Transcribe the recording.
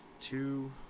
two